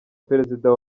perezida